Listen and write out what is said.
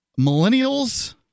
Millennials